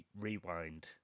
rewind